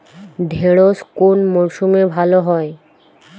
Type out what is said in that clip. ঢেঁড়শ কোন মরশুমে ভালো হয়?